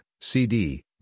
CD